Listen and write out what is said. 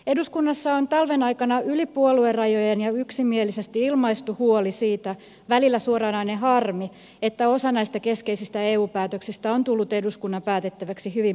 eduskunnassa on talven aikana yli puoluerajojen ja yksimielisesti ilmaistu huoli välillä suoranainen harmi siitä että osa näistä keskeisistä eu päätöksistä on tullut eduskunnan päätettäväksi hyvin myöhään